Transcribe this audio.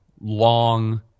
long